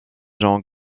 jan